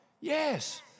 Yes